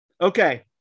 Okay